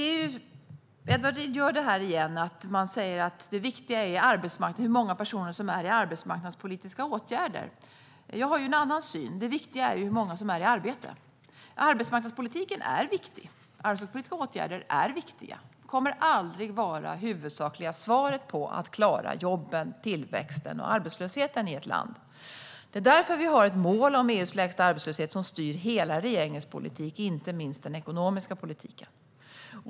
Edward Riedl säger igen att det viktiga är hur många personer som är i arbetsmarknadspolitiska åtgärder. Jag har en annan syn: Det viktiga är hur många som är i arbete. Arbetsmarknadspolitiken är viktig, och arbetsmarknadspolitiska åtgärder är viktiga. Men detta kommer aldrig att vara det huvudsakliga svaret på att klara jobben, tillväxten och arbetslösheten i ett land. Det är därför vi har ett mål om EU:s lägsta arbetslöshet som styr hela regeringens politik, inte minst den ekonomiska politiken.